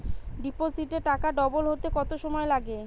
ডিপোজিটে টাকা ডবল হতে কত সময় লাগে?